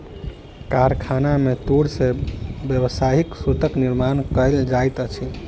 कारखाना में तूर से व्यावसायिक सूतक निर्माण कयल जाइत अछि